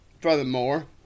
furthermore